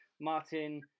Martin